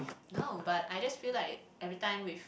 no but I just feel like every time with